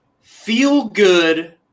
feel-good